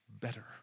better